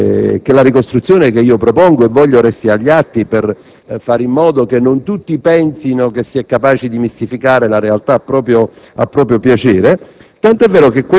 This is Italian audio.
che la ricostruzione che propongo, e che voglio resti agli atti per fare in modo che non tutti pensino che si è capaci di mistificare la realtà a proprio piacere,